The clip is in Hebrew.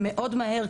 מאוד מהר,